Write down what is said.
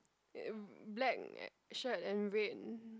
in black shirt and red